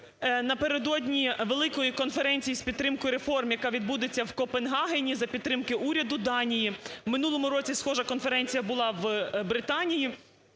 напередодні великої конференції з підтримкою реформ, яка відбудеться в Копенгагені, за підтримки уряду Данії, в минулому році схожа конференція була в Британії,